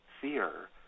fear